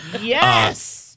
Yes